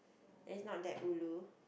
and it's not that ulu